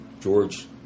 George